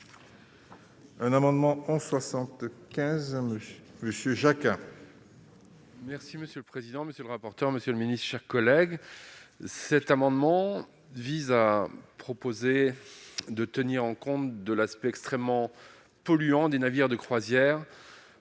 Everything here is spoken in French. Un amendement en 75 Monsieur Jacquin. Merci monsieur le président, monsieur le rapporteur, monsieur le Ministre, chers collègues, cet amendement vise à proposer de tenir en compte de l'aspect extrêmement polluants, des navires de croisière,